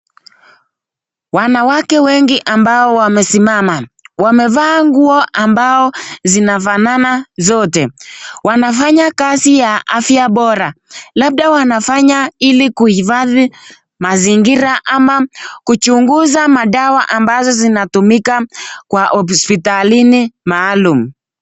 Wanawake wengi ambao wamesimama. Wamevaa nguo ambao zinafanana zote. Wanafanya kazi ya afya bora, labda wanafanya ili kuhifadhi mazingira ama kuchunguza madawa ambazo zinatumika kwa hospitalini maalum.